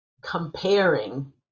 comparing